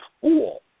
cool